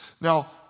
Now